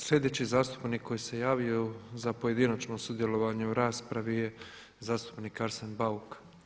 Sljedeći zastupnik koji se javio za pojedinačno sudjelovanje u raspravi je zastupnik Arsen Bauk.